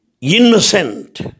innocent